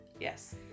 Yes